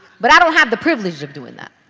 but i don't have the privilege of doing that.